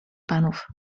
panów